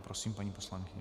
Prosím, paní poslankyně.